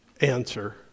answer